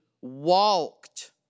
walked